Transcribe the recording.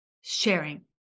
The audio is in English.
Sharing